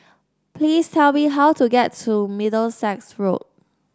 please tell me how to get to Middlesex Road